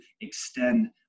extend